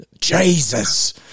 Jesus